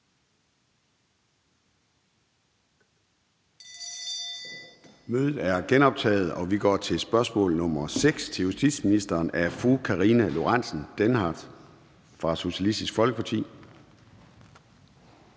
Mødet er genoptaget. Vi går til spørgsmål nr. 6 til justitsministeren af fru Karina Lorentzen Dehnhardt fra Socialistisk Folkeparti.